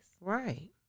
Right